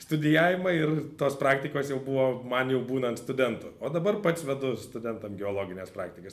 studijavimą ir tos praktikos jau buvo man jau būnant studentu o dabar pats vedu studentam geologines praktikas